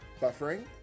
Buffering